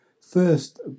First